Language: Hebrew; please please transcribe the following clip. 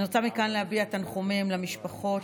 אני רוצה מכאן להביע תנחומים למשפחות